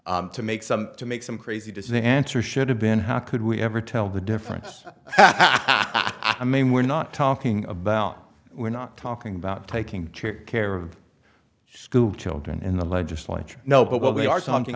to make some to make some crazy to say answer should have been how could we ever tell the difference i mean we're not talking about we're not talking about taking care of school children in the legislature no but what we are talking